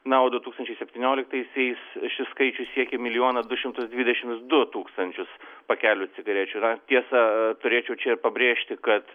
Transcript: na o du tūkstančiai septynioliktaisiais šis skaičius siekia milijoną du šimtus dvidešimts du tūkstančius pakelių cigarečių na tiesa turėčiau čia ir pabrėžti kad